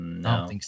No